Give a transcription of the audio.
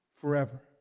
forever